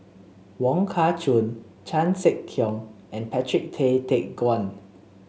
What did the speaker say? Wong Kah Chun Chan Sek Keong and Patrick Tay Teck Guan